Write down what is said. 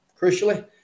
crucially